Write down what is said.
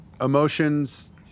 emotions